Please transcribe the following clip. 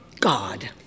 God